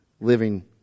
living